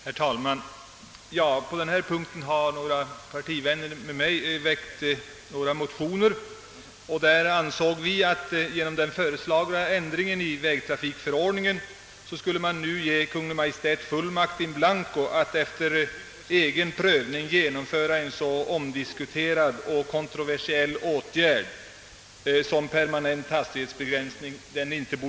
Herr talman! Några partivänner och jag har väckt en motion i denna fråga, 1 vilken vi framhållit att Kungl. Maj:t inte — vilket skulle bli fallet genom den föreslagna ändringen av vägtrafikförordningen — borde få fullmakt in blanco att efter egen prövning genomföra en så omdiskuterad och kontroversiell åtgärd som permanent hastig hetsbegränsning.